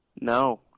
no